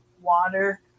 water